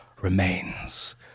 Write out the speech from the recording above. remains